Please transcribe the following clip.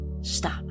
Stop